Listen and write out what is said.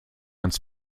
ans